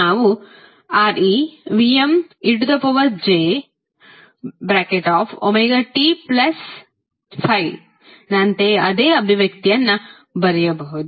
ನಾವು ReVmejωt∅ ನಂತೆಯೇ ಅದೇ ಅಭಿವ್ಯಕ್ತಿಯನ್ನು ಬರೆಯಬಹುದು